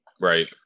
Right